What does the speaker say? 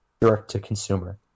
direct-to-consumer